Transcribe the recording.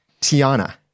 Tiana